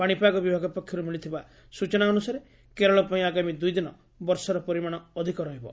ପାଶିପାଗ ବିଭାଗ ପକ୍ଷରୁ ମିଳିଥିବା ସୂଚନା ଅନୁସାରେ କେରଳ ପାଇଁ ଆଗାମୀ ଦୁଇ ଦିନ ବର୍ଷା ପରିମାଣ ଅଧିକ ରହିବ